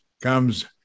comes